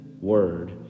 word